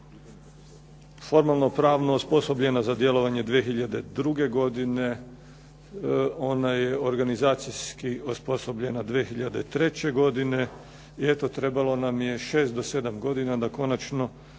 formalno pravno osposobljena za djelovanje 2002. godine. Ona je organizacijski osposobljena 2003. godine i eto, trebalo nam je 6 do 7 godina da konačno